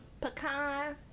Pecan